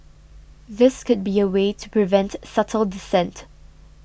this could be a way to prevent subtle dissent